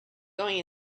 going